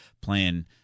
playing